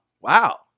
Wow